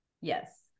Yes